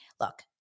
Look